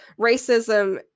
racism